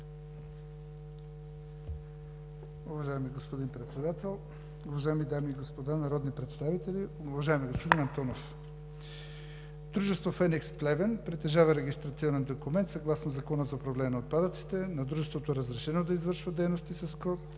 дружеството е разрешено да извършва дейности с код